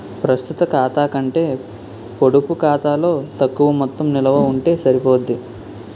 ప్రస్తుత ఖాతా కంటే పొడుపు ఖాతాలో తక్కువ మొత్తం నిలవ ఉంటే సరిపోద్ది